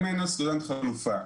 אם אין לסטודנט חלופה,